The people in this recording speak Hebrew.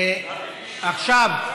עכשיו,